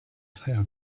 frère